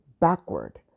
backward